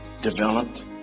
developed